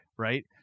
Right